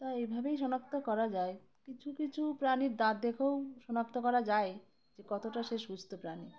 তা এইভাবেই শনাক্ত করা যায় কিছু কিছু প্রাণীর দাঁত দেখেও শনাক্ত করা যায় যে কতটা সে সুস্থ প্রাণী